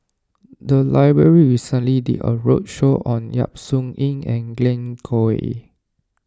the library recently did a roadshow on Yap Su Yin and Glen Goei